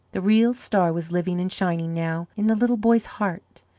the real star was living and shining now in the little boy's heart,